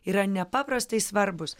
yra nepaprastai svarbūs